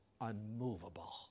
unmovable